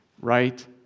right